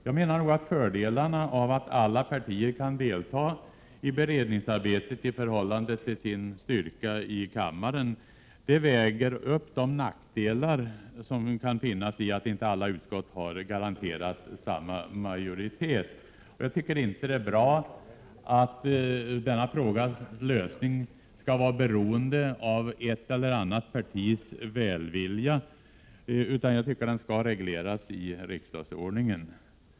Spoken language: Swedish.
Jag menar att fördelarna av att alla partier kan delta i beredningsarbetet i förhållande till sin styrka i kammaren väger upp de nackdelar som kan ligga i att inte alla utskott garanterat har samma majoritet. Jag tycker inte det är bra att denna frågas lösning skall vara beroende av ett eller annat partis välvilja, utan den bör regleras i riksdagsordningen.